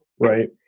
Right